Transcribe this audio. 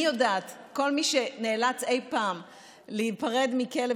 אני יודעת שכל מי שנאלץ אי פעם להיפרד מכלב